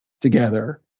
together